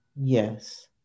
Yes